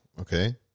Okay